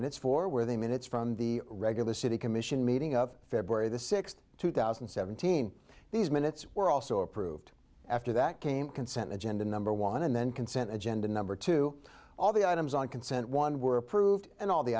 minutes for where they minutes from the regular city commission meeting of february the sixth two thousand and seventeen these minutes were also approved after that came consent agenda number one and then consent agenda number two all the items on consent one were approved and all the